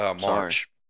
March